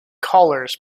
callers